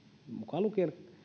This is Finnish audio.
lukien se että